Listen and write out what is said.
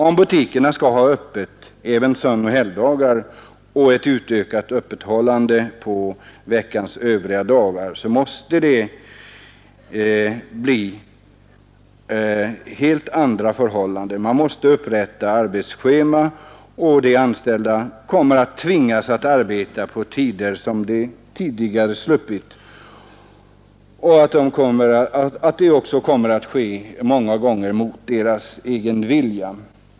Om butikerna skall hålla öppet även sönoch helgdagar och har ett utökat öppethållande på veckans övriga dagar måste det bli helt andra förhållanden — det måste upprättas arbetsscheman, och de anställda kommer att tvingas arbeta på tider som de tidigare sluppit, något som många gånger kommer att ske mot deras egen vilja.